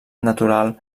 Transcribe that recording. natural